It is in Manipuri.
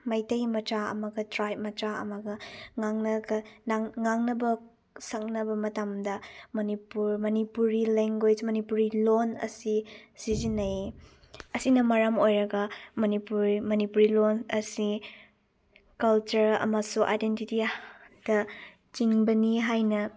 ꯃꯩꯇꯩ ꯃꯆꯥ ꯑꯃꯒ ꯇ꯭ꯔꯥꯏꯞ ꯃꯆꯥ ꯑꯃꯒ ꯉꯥꯡꯅꯕ ꯁꯛꯅꯕ ꯃꯇꯝꯗ ꯃꯅꯤꯄꯨꯔ ꯃꯅꯤꯄꯨꯔꯤ ꯂꯦꯡꯒ꯭ꯋꯦꯁ ꯃꯅꯤꯄꯨꯔꯤ ꯂꯣꯟ ꯑꯁꯤ ꯁꯤꯖꯤꯟꯅꯩ ꯑꯁꯤꯅ ꯃꯔꯝ ꯑꯣꯏꯔꯒ ꯃꯅꯤꯄꯨꯔꯤ ꯃꯅꯤꯄꯨꯔꯤ ꯂꯣꯟ ꯑꯁꯤ ꯀꯜꯆꯔ ꯑꯃꯁꯨꯡ ꯑꯥꯏꯗꯦꯟꯇꯤꯇꯤꯗ ꯆꯤꯡꯕꯅꯤ ꯍꯥꯏꯅ